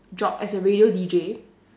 job as a radio D_J